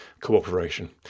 cooperation